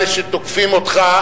אלה שתוקפים אותך,